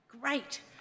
Great